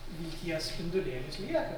vilties spindulėlis lieka